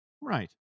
Right